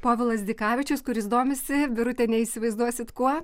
povilas dikavičius kuris domisi birute neįsivaizduosit kuo